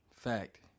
Fact